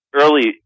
early